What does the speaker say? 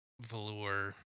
velour